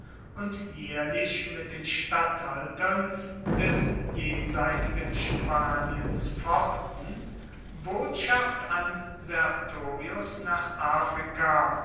und jährlich mit den statthaltern des jenseitigen spaniens fochten botschaft an sertorius nach afrika